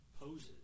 poses